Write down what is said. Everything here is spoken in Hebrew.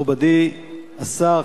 מכובדי השר,